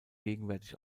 gegenwärtig